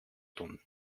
tun